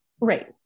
Right